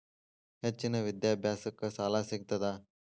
ಹೆಚ್ಚಿನ ವಿದ್ಯಾಭ್ಯಾಸಕ್ಕ ಸಾಲಾ ಸಿಗ್ತದಾ?